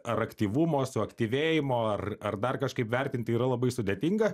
ar aktyvumo suaktyvėjimo ar ar dar kažkaip vertinti yra labai sudėtinga